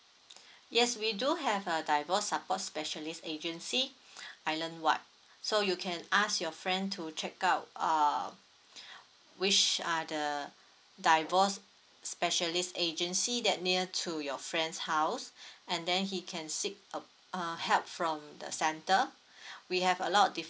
yes we do have a divorce support specialist agency islandwide so you can ask your friend to check out err which are the divorce specialist agency that near to your friend's house and then he can seek uh uh help from the centre we have a lot of